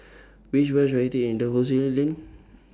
Which Bus should I Take in Dalhousie Lane